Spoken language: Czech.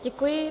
Děkuji.